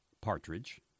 partridge